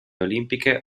olimpiche